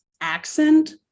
accent